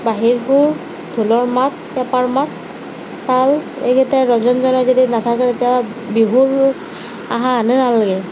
বাঁহীৰ সুৰ ঢোলৰ মাত পেঁপাৰ মাত তাল এইকেইটাই ৰজনজনাই যদি নাথাকে তেতিয়া বিহু অহা যেনেই নালাগে